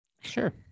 sure